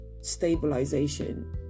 stabilization